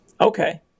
Okay